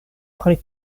pri